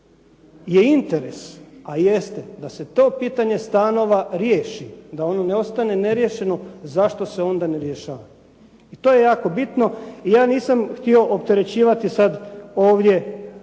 je interes a jeste da se to pitanje stanova riješi, da ono ne ostane neriješeno zašto se onda ne rješava i to je jako bitno i ja nisam htio opterećivati sada ovdje